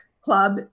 club